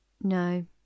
No